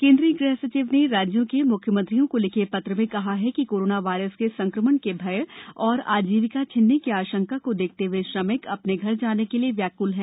केन्द्रीय गृह सचिव ने राज्यों के मुख्यमंत्रियों को लिखे पत्र में कहा है कि कोरोना वायरस के संक्रमण के भय और आजीविका छिनने की आशंका को देखते हए श्रमिक अपने घर जाने के लिए व्याक्ल हैं